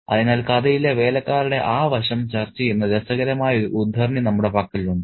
അതിനാൽ കഥയിലെ വേലക്കാരുടെ ആ വശം ചർച്ച ചെയ്യുന്ന രസകരമായ ഒരു ഉദ്ധരണി നമ്മുടെ പക്കലുണ്ട്